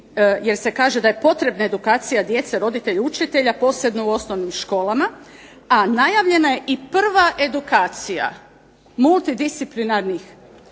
jer se kaže da je potrebna edukacija djece, roditelja, učitelja, posebno u osnovnim školama, a najavljena je i prva edukacija multidisciplinarnih